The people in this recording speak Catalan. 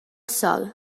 sol